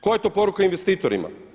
Koja je to poruka investitorima?